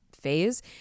phase